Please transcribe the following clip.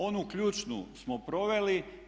Onu ključnu smo proveli.